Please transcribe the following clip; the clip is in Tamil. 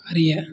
அறிய